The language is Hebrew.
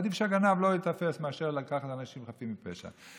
עדיף שהגנב לא ייתפס מאשר לקחת אנשים חפים מפשע.